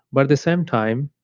but at the same time,